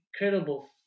incredible